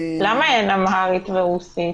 למה אין אמהרית ורוסית?